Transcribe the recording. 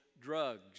drugs